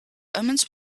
omens